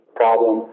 problem